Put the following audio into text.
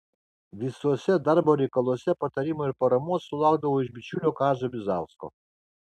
visuose darbo reikaluose patarimo ir paramos sulaukdavo iš bičiulio kazio bizausko